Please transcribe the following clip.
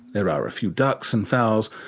there are a few ducks and fowls,